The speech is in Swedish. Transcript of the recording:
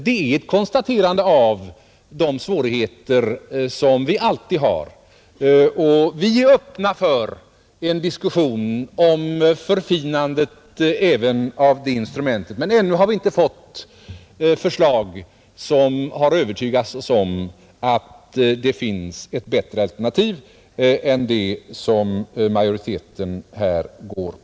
Detta är ett konstaterande av de svårigheter som alltid finns. Vi är öppna för en diskussion om förfinandet av även det instrumentet, men ännu har vi inte fått något förslag som övertygat oss om att det finns ett bättre alternativ än det som majoriteten här stöder.